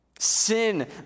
Sin